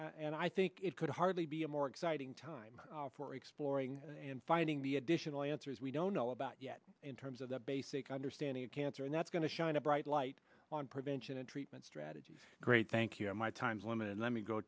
and i think it could hardly be a more exciting time for exploring and finding the additional answers we don't know about yet in terms of the basic understanding of cancer and that's going to shine a bright light on prevention and treatment strategies great thank you my time's woman let me go